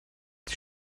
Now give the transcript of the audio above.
die